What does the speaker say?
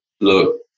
look